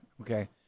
okay